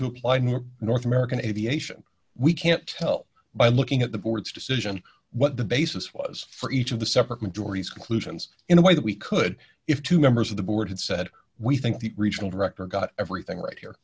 to apply more north american aviation we can't tell by looking at the board's decision what the basis was for each of the separate majority's clue sions in a way that we could if two members of the board said we think the regional director got everything right here